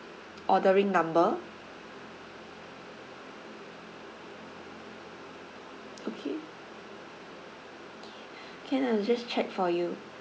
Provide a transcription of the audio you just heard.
ordering number okay can I'll just check for you